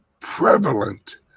prevalent